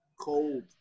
Cold